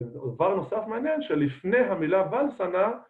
דבר נוסף מעניין שלפני המילה בלסנה